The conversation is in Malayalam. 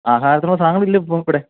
ആഹാരത്തിന് ഉള്ള സാധനങ്ങളില്ല ഇപ്പം ഇവിടെ